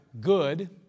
good